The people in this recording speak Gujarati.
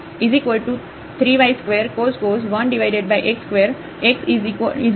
તેથી આ 0 આવવાનું છે